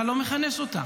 אתה לא מכנס אותה.